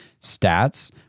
stats